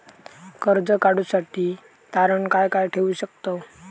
कर्ज काढूसाठी तारण काय काय ठेवू शकतव?